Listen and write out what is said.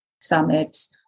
summits